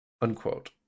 unquote